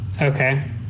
okay